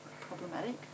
problematic